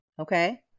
Okay